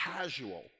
casual